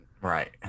Right